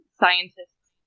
scientists